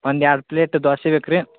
ಒಂದು ಎರಡು ಪ್ಲೇಟ್ ದೋಸೆ ಬೇಕು ರಿ